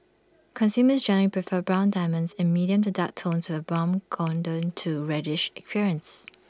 consumers generally prefer brown diamonds in medium to dark tones with A brown golden to reddish appearance